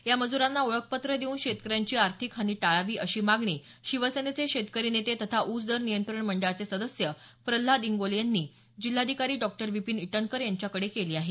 या मज्रांना ओळखपत्र देऊन शेतकऱ्यांची आर्थिक हानी टाळावी अशी मागणी शिवसेनेचे शेतकरी नेते तथा ऊस दर नियंत्रण मंडळाचे सदस्य प्रल्हाद इंगोले यांनी जिल्हाधिकारी डॉ विपिन ईटनकर यांच्याकडे केली आहे